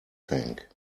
tank